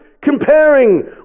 comparing